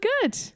good